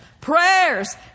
prayers